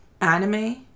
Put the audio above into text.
anime